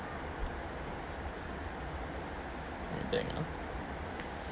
let me think ah